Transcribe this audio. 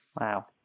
Wow